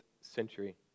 century